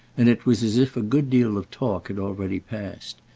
and it was as if a good deal of talk had already passed.